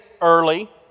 early